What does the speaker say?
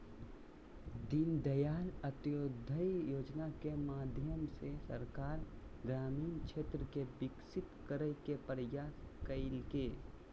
दीनदयाल अंत्योदय योजना के माध्यम से सरकार ग्रामीण क्षेत्र के विकसित करय के प्रयास कइलके